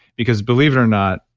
because believe it or not,